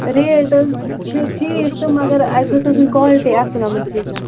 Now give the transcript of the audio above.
rate حظ چھِ ٹھیٖک تہٕ مگر اسہِ گٔژھ آسٕنۍ قالٹی اصٕل یِمن چیٖزن